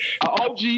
OG